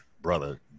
brother